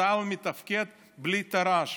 צה"ל מתפקד בלי תר"ש